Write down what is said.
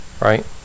right